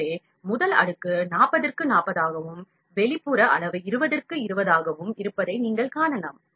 எனவே முதல் அடுக்கு 40 திற்கு 40 ஆகவும் வெளிப்புற அளவுரு 20 திற்கு 20 ஆகவும் இருப்பதை நீங்கள் காணலாம்